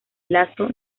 lazo